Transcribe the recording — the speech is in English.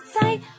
say